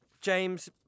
James